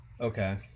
Okay